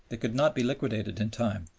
they could not be liquidated in time,